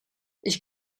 ich